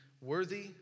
worthy